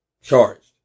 charged